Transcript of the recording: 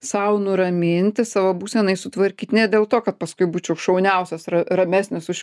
sau nuraminti savo būsenai sutvarkyt ne dėl to kad paskui būčiau šauniausias ra ramesnis už